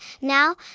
Now